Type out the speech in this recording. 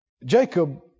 Jacob